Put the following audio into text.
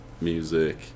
music